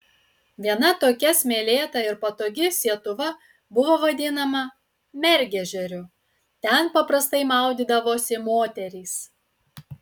viena tokia smėlėta ir patogi sietuva buvo vadinama mergežeriu ten paprastai maudydavosi moterys